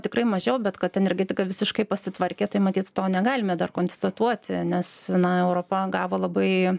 tikrai mažiau bet kad energetika visiškai pasitvarkė tai matyt to negalime dar konstatuoti nes na europa gavo labai